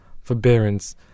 forbearance